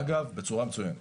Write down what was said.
אגב בצורה מצוינת,